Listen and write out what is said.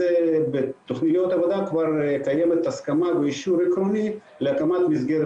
בתוכניות העבודה כבר קיימת הסכמה ואישור עקרוני להקמת מסגרת